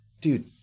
dude